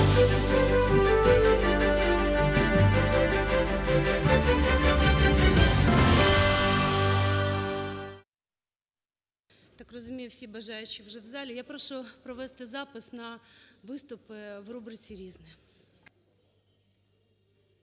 так розумію, всі бажаючі вже в залі. Я прошу провести запис на виступи в рубриці "Різне".